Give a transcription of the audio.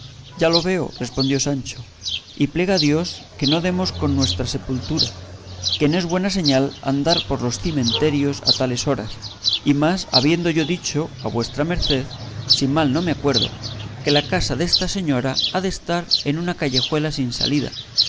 ya lo veo respondió sancho y plega a dios que no demos con nuestra sepultura que no es buena señal andar por los cimenterios a tales horas y más habiendo yo dicho a vuestra merced si mal no me acuerdo que la casa desta señora ha de estar en una callejuela sin salida